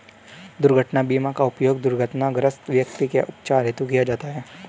दुर्घटना बीमा का उपयोग दुर्घटनाग्रस्त व्यक्ति के उपचार हेतु किया जाता है